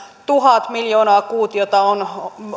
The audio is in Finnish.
tuhat miljoonaa kuutiota on